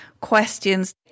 questions